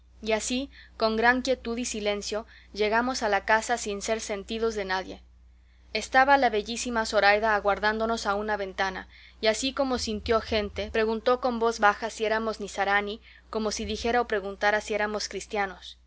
y así con gran quietud y silencio llegamos a la casa sin ser sentidos de nadie estaba la bellísima zoraida aguardándonos a una ventana y así como sintió gente preguntó con voz baja si éramos nizarani como si dijera o preguntara si éramos cristianos